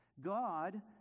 God